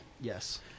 yes